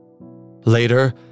Later